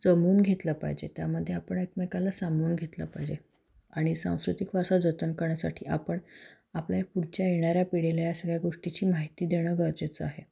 जमवून घेतलं पाहिजे त्यामध्ये आपण एकमेकाला सामावून घेतलं पाहिजे आणि सांस्कृतिक वारसा जतन करण्यासाठी आपण आपल्या पुढच्या येणाऱ्या पिढीला या सगळ्या गोष्टीची माहिती देणं गरजेचं आहे